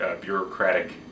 bureaucratic